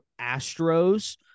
Astros